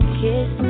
kiss